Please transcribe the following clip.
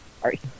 Sorry